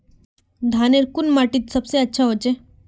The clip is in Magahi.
धानेर कुन माटित सबसे अच्छा होचे?